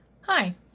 Hi